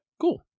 cool